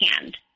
hand